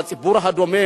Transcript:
והציבור הדומם,